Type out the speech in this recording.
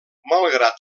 malgrat